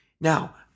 Now